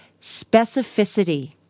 Specificity